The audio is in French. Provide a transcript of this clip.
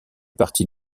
parti